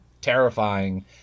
terrifying